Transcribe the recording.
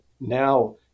now